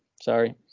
Sorry